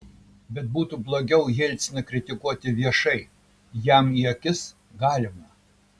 bet būtų blogiau jelciną kritikuoti viešai jam į akis galima